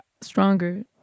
stronger